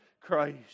Christ